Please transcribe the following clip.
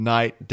Night